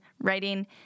writing